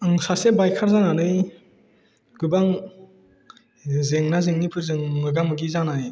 आं सासे बाइकार जानानै गोबां जेंना जेंनिफोरजों मोगा मोगि जानाय